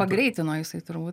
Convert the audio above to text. pagreitino jisai turbūt